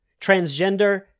Transgender